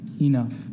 enough